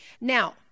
Now